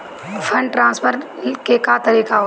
Fund transfer के का तरीका होला?